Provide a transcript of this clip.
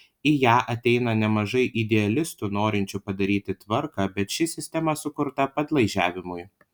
į ją ateina nemažai idealistų norinčių padaryti tvarką bet ši sistema sukurta padlaižiavimui